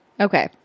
Okay